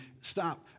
stop